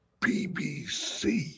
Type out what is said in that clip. BBC